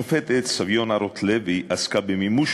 השופטת סביונה רוטלוי עסקה במימוש